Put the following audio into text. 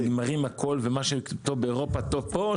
שנגמרים הכל ומה שטוב באירופה טוב פה?